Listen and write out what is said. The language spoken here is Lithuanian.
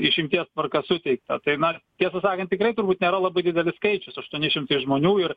išimties tvarka suteikta tai na tiesą sakant tikrai turbūt nėra labai didelis skaičius aštuoni šimtai žmonių ir